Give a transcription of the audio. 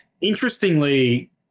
interestingly-